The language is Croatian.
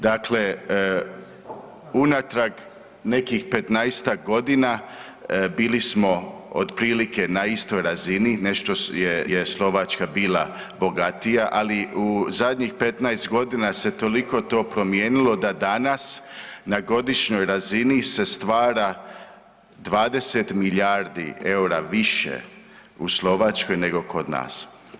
Dakle, unatrag nekih 15.-tak godina bili smo otprilike na istoj razini, nešto je, je Slovačka bila bogatija, ali u zadnjih 15.g. se toliko to promijenilo da danas na godišnjoj razini se stvara 20 milijardi EUR-a više u Slovačkoj nego kod nas.